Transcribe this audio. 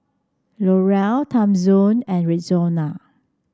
L'Oreal Timezone and Rexona